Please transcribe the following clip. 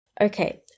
Okay